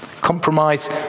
Compromise